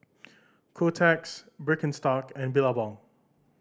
Kotex Birkenstock and Billabong